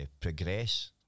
progress